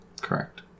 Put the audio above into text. Correct